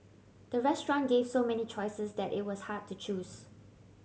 the restaurant gave so many choices that it was hard to choose